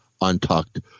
untucked